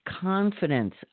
confidence